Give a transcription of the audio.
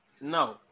no